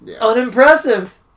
unimpressive